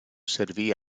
servì